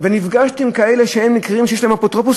נפגשתי עם כאלה שהם נקראים שיש להם אפוטרופוס,